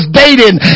dating